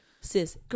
sis